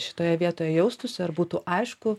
šitoje vietoje jaustųsi ar būtų aišku